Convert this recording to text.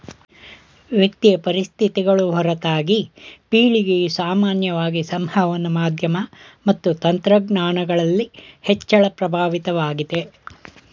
ವ್ಯಕ್ತಿಯ ಪರಿಸ್ಥಿತಿಗಳು ಹೊರತಾಗಿ ಪೀಳಿಗೆಯು ಸಾಮಾನ್ಯವಾಗಿ ಸಂವಹನ ಮಾಧ್ಯಮ ಮತ್ತು ತಂತ್ರಜ್ಞಾನಗಳಲ್ಲಿ ಹೆಚ್ಚಳ ಪ್ರಭಾವಿತವಾಗಿದೆ